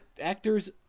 actors